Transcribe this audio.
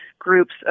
groups